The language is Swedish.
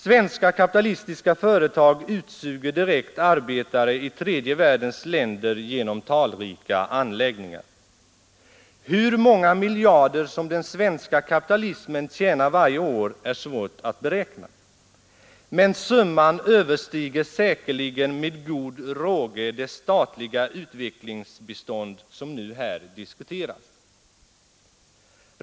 Svenska kapitalistiska företag utsuger direkt arbetare i tredje världens länder genom talrika anläggningar. Hur många miljarder, som den svenska kapitalismen tjänar varje år, är svårt att beräkna. Men summan överstiger säkerligen med god råge det statliga utvecklingsbistånd som nu här 33 diskuteras.